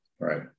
right